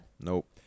Nope